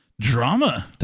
drama